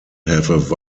have